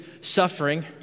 suffering